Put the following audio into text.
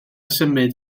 symud